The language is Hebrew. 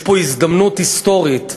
יש פה הזדמנות היסטורית.